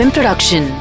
Production